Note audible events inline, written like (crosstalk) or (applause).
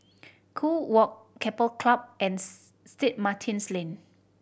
Kew Walk Keppel Club and (unintelligible) Saint Martin's Lane